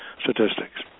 statistics